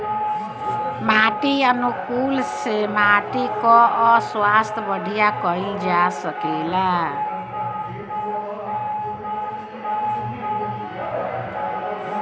माटी अनुकूलक से माटी कअ स्वास्थ्य बढ़िया कइल जा सकेला